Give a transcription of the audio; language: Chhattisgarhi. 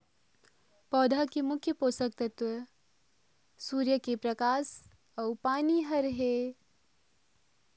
पौधा के मुख्य पोषकतत्व का हर हे?